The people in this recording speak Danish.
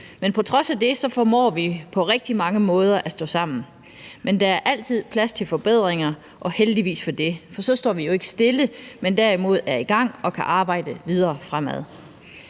EU. På trods af det formår vi på rigtig mange måder at stå sammen, men der er altid plads til forbedringer, og heldigvis for det, for så står vi jo ikke stille, men er derimod i gang og kan arbejde videre fremad.